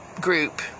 group